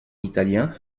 italien